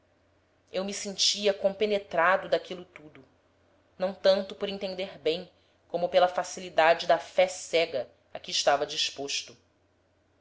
eu me sentia compenetrado daquilo tudo não tanto por entender bem como pela facilidade da fé cega a que estava disposto